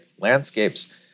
landscapes